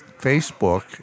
Facebook